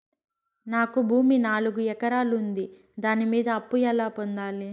నాకు భూమి నాలుగు ఎకరాలు ఉంది దాని మీద అప్పు ఎలా పొందాలి?